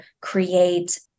create